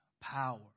power